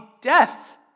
death